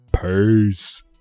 Peace